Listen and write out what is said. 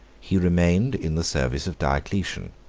he remained in the service of diocletian,